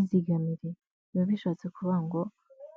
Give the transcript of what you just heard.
Izigamire biba bishatse kuvuga ngo